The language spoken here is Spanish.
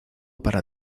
para